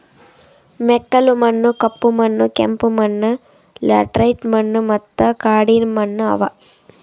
ಮೆಕ್ಕಲು ಮಣ್ಣ, ಕಪ್ಪು ಮಣ್ಣ, ಕೆಂಪು ಮಣ್ಣ, ಲ್ಯಾಟರೈಟ್ ಮಣ್ಣ ಮತ್ತ ಕಾಡಿನ ಮಣ್ಣ ಅವಾ